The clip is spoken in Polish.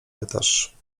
pytasz